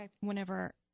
whenever